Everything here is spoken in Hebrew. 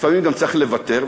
לפעמים צריך לוותר,